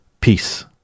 Peace